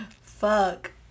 Fuck